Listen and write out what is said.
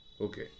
Okay